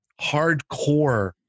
hardcore